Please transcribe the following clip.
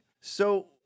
So-